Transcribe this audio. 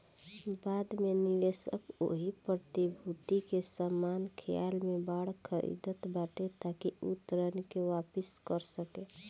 बाद में निवेशक ओही प्रतिभूति के समान संख्या में बांड खरीदत बाटे ताकि उ ऋण के वापिस कर सके